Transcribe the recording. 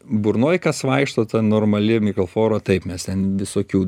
burnoje kas vaikšto ta normali mikroflora taip mes ten visokių